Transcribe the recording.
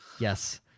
Yes